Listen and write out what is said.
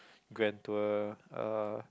grand tour uh